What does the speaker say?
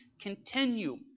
continue